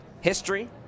history